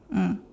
mm